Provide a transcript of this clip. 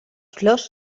flors